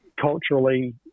culturally